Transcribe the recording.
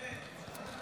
אמן.